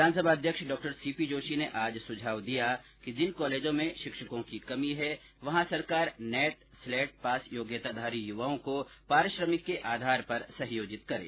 विधानसभा अध्यक्ष डॉ C P Joshi ने आज सुझाव दिया कि जिन कॉलेजों में शिक्षकों की कमी है वहां सरकार नेट स्लेट पास योग्यताधारी युवाओं को पारश्रमिक के आधार पर सहयोजित करें